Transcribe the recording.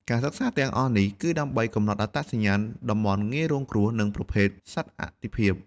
ការសិក្សាទាំងអស់នេះ គឺដើម្បីកំណត់អត្តសញ្ញាណតំបន់ងាយរងគ្រោះ និងប្រភេទសត្វអាទិភាព។